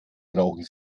brauchen